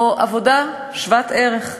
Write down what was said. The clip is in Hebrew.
או עבודה שוות ערך.